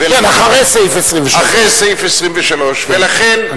כן, אחרי סעיף 25(3). אחרי סעיף 25(3). היה